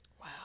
wow